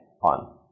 on